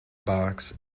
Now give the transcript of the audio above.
box